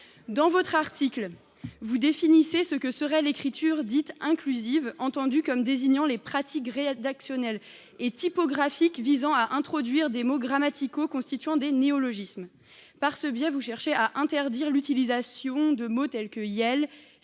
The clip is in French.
la proposition de loi définissent ce que serait l’écriture dite inclusive, « entendue comme désignant les pratiques rédactionnelles et typographiques visant à introduire des mots grammaticaux constituant des néologismes ». Par ce biais, il s’agit d’interdire l’utilisation de mots tels que « iel »